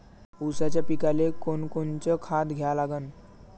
ऊसाच्या पिकाले कोनकोनचं खत द्या लागन?